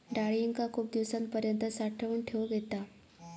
डाळींका खूप दिवसांपर्यंत साठवून ठेवक येता